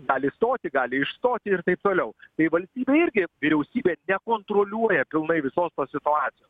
gali stoti gali išstoti ir taip toliau tai valstybė irgi vyriausybė nekontroliuoja pilnai visos situacijos